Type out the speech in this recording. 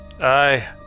Aye